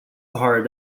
sahara